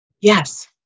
Yes